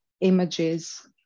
images